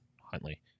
Huntley